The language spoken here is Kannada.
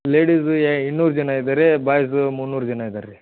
ಲೇಡೀಸ್ ಏ ಇನ್ನೂರು ಜನ ಇದ್ದಾರೆ ಬಾಯ್ಸ್ ಮುನ್ನೂರು ಜನ ಇದ್ದಾರೆ ರೀ